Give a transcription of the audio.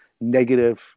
negative